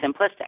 simplistic